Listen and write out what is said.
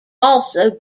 also